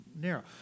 narrow